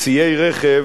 שציי רכב